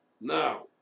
Now